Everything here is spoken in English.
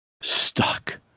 stuck